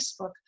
Facebook